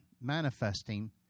manifesting